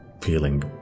feeling